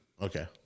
Okay